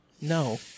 no